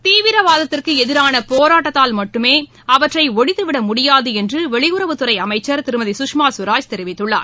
தீவிரவாதத்திற்கு எதிரான போராட்டத்தால் மட்டும் அவற்றை ஒழித்துவிட முடியாது என்றுவெளியுறவுத்துறை அமைச்சர் திருமதி சுஷ்மா ஸ்வராஜ் தெரிவித்துள்ளார்